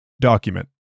Document